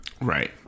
Right